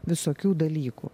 visokių dalykų